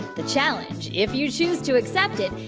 the challenge, if you choose to accept it,